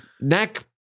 neck